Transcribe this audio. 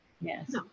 yes